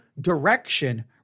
direction